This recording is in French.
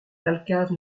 thalcave